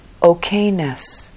okayness